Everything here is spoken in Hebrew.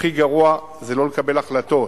הכי גרוע זה לא לקבל החלטות.